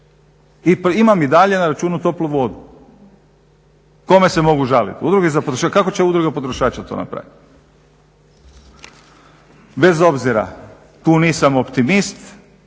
Imam i dalje na računu toplu vodu. Kome se mogu žaliti? Udruzi za potrošače? Kako će Udruga potrošača to napraviti? Bez obzira, tu nisam optimist.